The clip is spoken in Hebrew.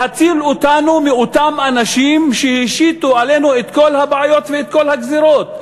להציל אותנו מאותם אנשים שהשיתו עלינו את כל הבעיות ואת כל הגזירות,